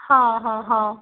ହଁ ହଁ ହଁ